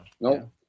no